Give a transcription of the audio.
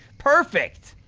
perfect!